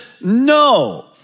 no